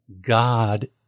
God